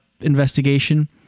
investigation